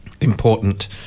important